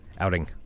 outing